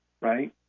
right